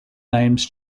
names